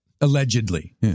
Allegedly